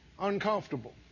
uncomfortable